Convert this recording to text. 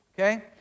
okay